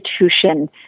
institution